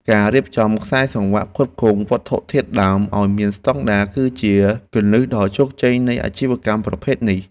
ការរៀបចំខ្សែសង្វាក់ផ្គត់ផ្គង់វត្ថុធាតុដើមឱ្យមានស្តង់ដារ គឺជាគន្លឹះដ៏ជោគជ័យនៃអាជីវកម្មប្រភេទនេះ។